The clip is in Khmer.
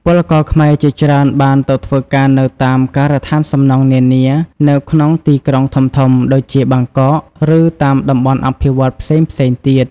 ពលករខ្មែរជាច្រើនបានទៅធ្វើការនៅតាមការដ្ឋានសំណង់នានា នៅក្នុងទីក្រុងធំៗដូចជាបាងកក ឬតាមតំបន់អភិវឌ្ឍន៍ផ្សេងៗទៀត។